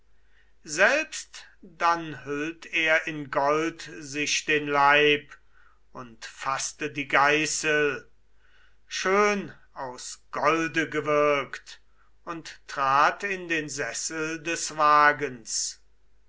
selbst dann hüllt er in gold sich den leib und faßte die geißel schön aus golde gewirkt und trat in den sessel des wagens